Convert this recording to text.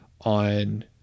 on